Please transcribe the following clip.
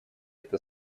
это